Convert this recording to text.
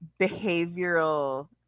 behavioral